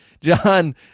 John